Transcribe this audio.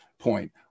point